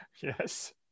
Yes